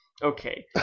Okay